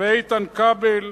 איתן כבל,